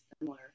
similar